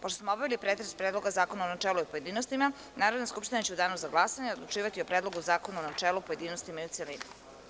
Pošto smo obavili pretres Predloga zakon u načelu i u pojedinostima, Narodna skupština će u danu za glasanje odlučivati o Predlogu zakona u načelu, pojedinostima i u celini.